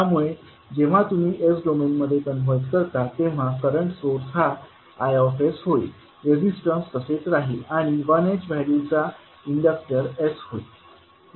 त्यामुळे जेव्हा तुम्ही s डोमेन मध्ये कन्व्हर्ट करता तेव्हा करंट सोर्स हा Is होईल रेजिस्टन्स तसेच राहील आणि 1H व्हॅल्यूचा इंडक्टर s होईल